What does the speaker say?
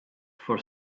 for